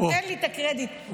תן לי את הקרדיט.